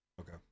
okay